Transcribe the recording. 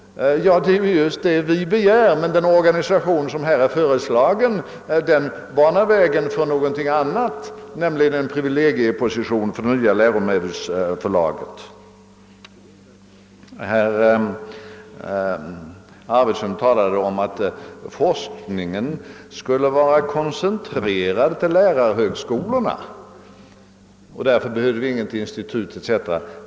Det är just det vi begär, men den organisation som här är föreslagen banar vägen för någonting annat, nämligen en privilegieposition för det nya läromedelsförlaget. Herr Arvidson sade också att forskningen skulle vara koncentrerad till lä rarhögskolorna och att vi därför inte behövde något institut.